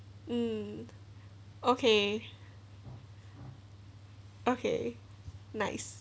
mm okay okay nice